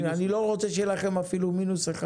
אני לא רוצה שיהיה לכם אפילו מינוס קטן,